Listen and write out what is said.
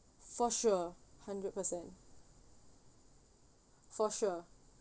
for sure hundred percent for sure